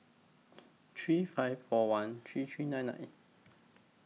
three five four one three three nine nine